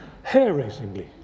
hair-raisingly